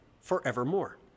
forevermore